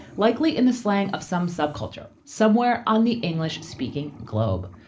likely in the slang of some subculture somewhere on the english speaking globe.